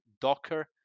Docker